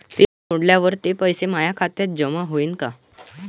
Fix तोडल्यावर ते पैसे माया खात्यात जमा होईनं का?